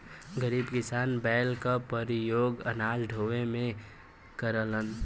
गरीब किसान बैल क परियोग अनाज ढोवे में करलन